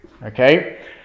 Okay